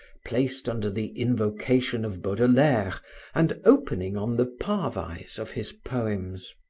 placed under the invocation of baudelaire and opening on the parvise of his poems.